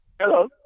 Hello